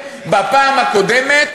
בפעם הקודמת,